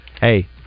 hey